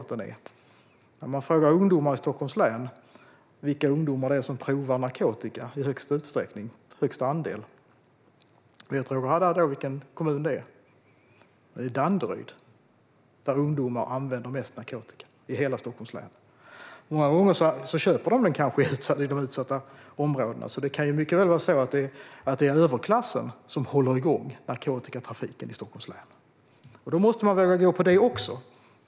Vet Roger Haddad i vilken kommun i Stockholms län som ungdomar prövar narkotika i högst utsträckning? Det är i Danderyd som ungdomar använder mest narkotika i hela Stockholms län. Många gånger köper de den nog i utsatta områden, så det kan mycket väl vara överklassen som håller igång narkotikatrafiken i Stockholms län. Då måste vi våga gå på det också.